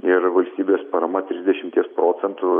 ir valstybės parama trisdešimties procentų